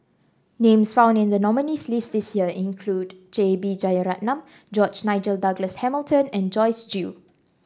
names found in the nominees' list this year include J B Jeyaretnam George Nigel Douglas Hamilton and Joyce Jue